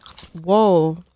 whoa